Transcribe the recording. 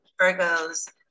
Virgos